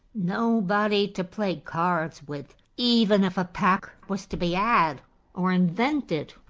nobody to play cards with, even if a pack was to be ad or invented,